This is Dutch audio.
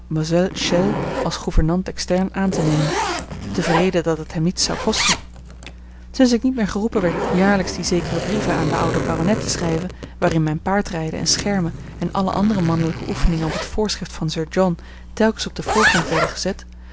chelles als gouvernante externe aan te nemen tevreden dat het hem niets zou kosten sinds ik niet meer geroepen werd jaarlijks die zekere brieven aan den ouden baronet te schrijven waarin mijn paardrijden en schermen en alle andere mannelijke oefeningen op het voorschrift van sir john telkens op den voorgrond werden gezet